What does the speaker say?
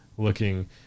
Looking